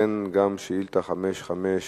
כדי "להחזיר עטרה